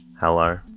Hello